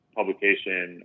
publication